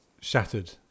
shattered